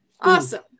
Awesome